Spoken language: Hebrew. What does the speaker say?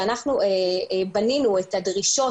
אנחנו בנינו את הדרישות,